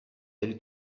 elle